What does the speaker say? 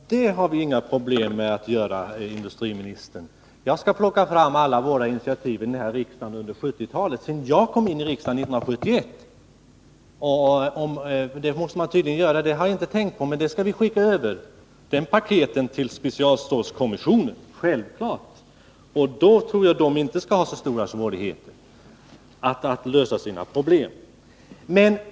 Fru talman! Det har vi inga problem med att göra, herr industriminister. Jag skall plocka fram det som finns om alla de initiativ vi har tagit här i riksdagen under 1970-talet, sedan jag kom in här 1971. Det måste man tydligen göra — jag har inte tänkt på det. Men vi skall självfallet skicka över det materialet till specialstålskommissionen, och då tror jag inte att den skall ha så stora svårigheter att lösa problemen.